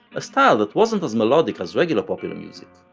a style that wasn't as melodic as regular popular music,